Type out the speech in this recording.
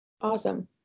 awesome